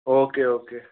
okay okay